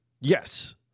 Yes